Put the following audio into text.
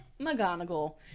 McGonagall